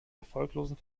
erfolglosen